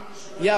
יבין,